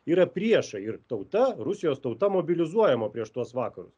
yra priešai ir tauta rusijos tauta mobilizuojama prieš tuos vakarus